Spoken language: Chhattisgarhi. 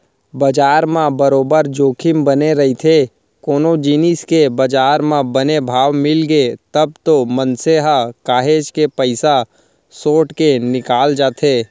बजार म बरोबर जोखिम बने रहिथे कोनो जिनिस के बजार म बने भाव मिलगे तब तो मनसे ह काहेच के पइसा सोट के निकल जाथे